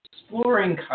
exploring